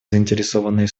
заинтересованные